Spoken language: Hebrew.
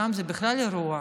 שם זה בכלל אירוע.